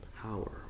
power